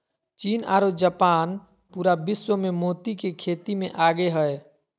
चीन आरो जापान पूरा विश्व मे मोती के खेती मे आगे हय